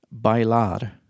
Bailar